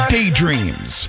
Daydreams